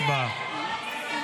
הצבעה.